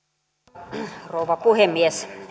arvoisa rouva puhemies